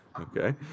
Okay